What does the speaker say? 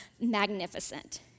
magnificent